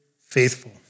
faithful